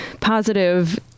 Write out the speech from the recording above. positive